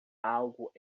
algo